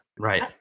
Right